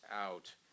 out